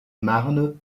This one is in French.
marnes